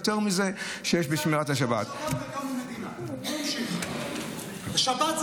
לבוא ולהגיד שערכים מרכזיים בעם היהודי נמדדים במדינת ישראל עם הצעות,